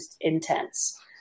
intense